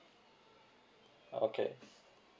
okay